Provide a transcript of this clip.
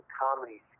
comedy